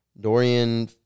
Dorian